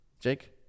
Jake